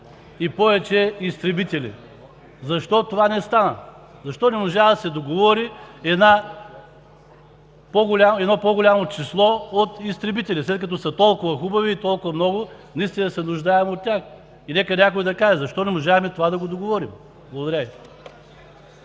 и повече изтребители. Защо това не стана? Защо не можа да се договори едно по-голямо число изтребители, след като са толкова хубави и толкова много наистина се нуждаем от тях? Нека някой да каже, защо не можахме да договорим това? Благодаря